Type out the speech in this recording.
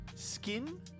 skin